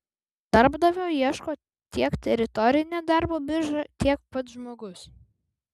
darbdavio ieško tiek teritorinė darbo birža tiek pats žmogus